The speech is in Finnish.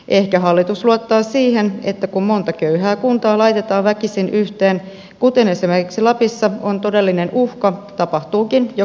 ehkä hallitus luottaa siihen että kun monta köyhää kuntaa laitetaan väkisin yhteen kuten esimerkiksi lapissa on todellinen uhka tapahtuukin joku ihme